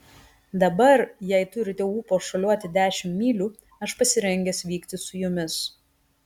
dabar jei turite ūpo šuoliuoti dešimt mylių aš pasirengęs vykti su jumis